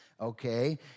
okay